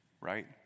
right